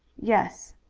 yes.